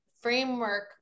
framework